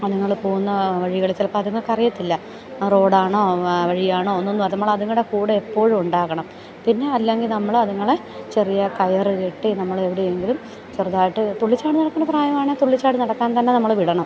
അതുങ്ങൾ പോകുന്ന വഴികൾ ചിലപ്പം അതുങ്ങൾക്ക് അറിയത്തില്ല റോഡാണോ വഴിയാണോ എന്നൊന്നും നമ്മൾ അതുങ്ങളുടെ കൂടെ എപ്പോഴും ഉണ്ടാകണം പിന്നെ അല്ലെങ്കിൽ നമ്മൾ അതുങ്ങളെ ചെറിയ കയർ കെട്ടി നമ്മൾ എവിടെയെങ്കിലും ചെറുതായിട്ട് തുള്ളി ചാടി നടക്കുന്ന പ്രായമാണേ തുള്ളി ചാടി നടക്കാൻ തന്നെ നമ്മൾ വിടണം